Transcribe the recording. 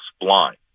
blind